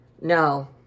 No